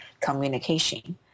communication